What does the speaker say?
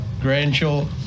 grandchild